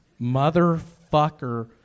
motherfucker